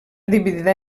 dividida